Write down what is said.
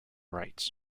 rights